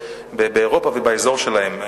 באירופה ובאזור שלהם.